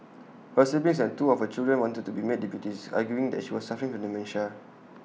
her siblings and two of her children wanted to be made deputies arguing that she was suffering from dementia